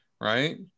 right